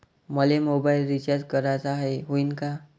मले mobile recharge कराचा हाय, होईनं का?